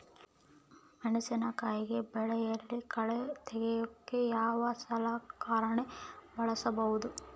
ಮೆಣಸಿನಕಾಯಿ ಬೆಳೆಯಲ್ಲಿ ಕಳೆ ತೆಗಿಯೋಕೆ ಯಾವ ಸಲಕರಣೆ ಬಳಸಬಹುದು?